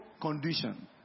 condition